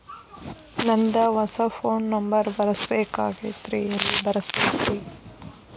ನಂದ ಹೊಸಾ phone number ಬರಸಬೇಕ್ ಆಗೈತ್ರಿ ಎಲ್ಲೆ ಬರಸ್ಬೇಕ್ರಿ?